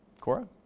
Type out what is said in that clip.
Cora